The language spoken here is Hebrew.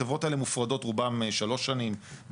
החברות האלה מופרדות, רובן 3 שנים.